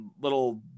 little